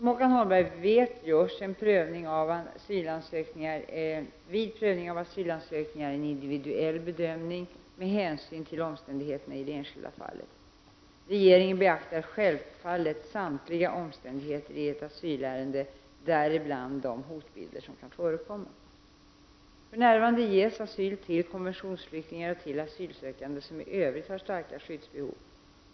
Som Håkan Holmberg vet görs vid prövning av asylansökningar en individuell bedömning med hänsyn till omständigheterna i det enskilda fallet. Re geringen beaktar självfallet samtliga omständigheter i ett asylärende, däribland de hotbilder som kan förekomma. För närvarande ges asyl till konventionsflyktingar och till asylsökande som i övrigt har särskilt starka skyddsbehov.